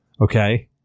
okay